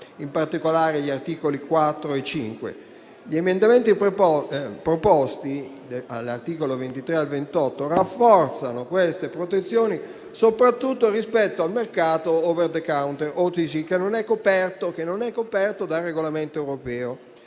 in particolare agli articoli 4 e 5. Gli emendamenti proposti agli articoli 23 e 28 rafforzano queste protezioni soprattutto rispetto al mercato *over the counter* (OTC), che non è coperto dal regolamento europeo.